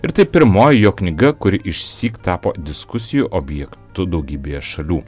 ir tai pirmoji jo knyga kuri išsyk tapo diskusijų objektu daugybėje šalių